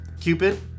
Cupid